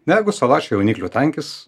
negu salačių jauniklių tankis